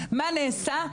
מה נעשה.